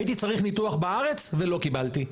הייתי צריך ניתוח בארץ ולא קיבלתי.